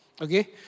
okay